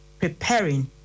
preparing